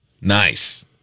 Nice